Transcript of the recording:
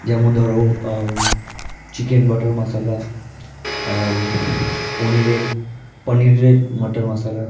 যেমন ধরো chicken butter masala পনিরের পানিরের বাটার মশলা